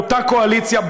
באותה קואליציה,